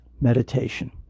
meditation